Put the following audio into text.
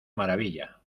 maravilla